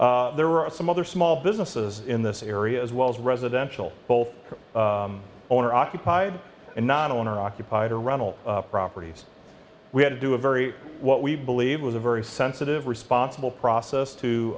there were some other small businesses in this area as well as residential full owner occupied and not owner occupied or rental properties we had to do a very what we believe was a very sensitive responsible process to